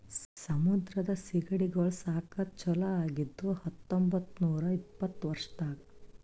ಸಮುದ್ರದ ಸೀಗಡಿಗೊಳ್ ಸಾಕದ್ ಚಾಲೂ ಆಗಿದ್ದು ಹತೊಂಬತ್ತ ನೂರಾ ಇಪ್ಪತ್ತರ ವರ್ಷದಾಗ್